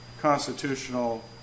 constitutional